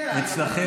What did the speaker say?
אצלכם